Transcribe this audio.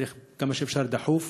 וצריך, כמה שאפשר דחוף,